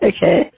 Okay